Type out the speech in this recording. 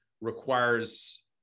requires